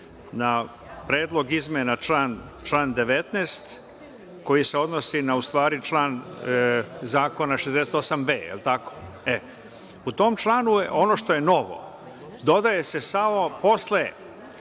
na predlog izmena člana 19, koji se odnosi u stvari na član zakona 68b, jel tako. U tom članu, ono što je novo, dodaje se samo posle